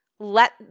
Let